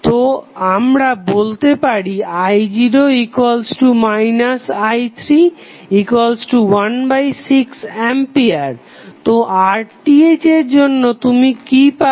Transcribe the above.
তো আমরা বলতে পারি i0 i316A তো RTh এর জন্য তুমি কি পাবে